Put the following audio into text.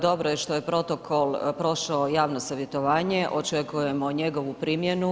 Dobro je što je protokol prošao javno savjetovanje, očekujemo njegovu primjenu.